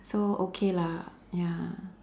so okay lah ya